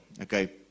Okay